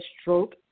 stroke